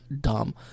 dumb